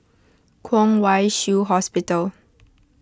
Kwong Wai Shiu Hospital